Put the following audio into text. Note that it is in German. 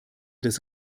des